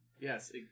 Yes